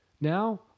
Now